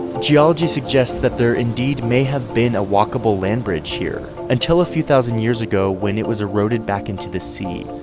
geology suggests that there indeed may have been a walkable land bridge here, until a few thousand years ago when it was eroded back into the sea,